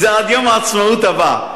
זה עד יום העצמאות הבא.